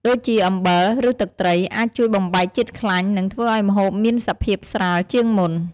ដូចជា អំបិល ឬទឹកត្រី អាចជួយបំបែកជាតិខ្លាញ់ និងធ្វើឱ្យម្ហូបមានសភាពស្រាលជាងមុន។